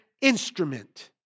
instrument